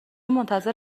منتظر